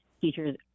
teachers